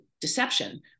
deception